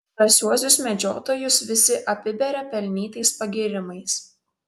drąsiuosius medžiotojus visi apiberia pelnytais pagyrimais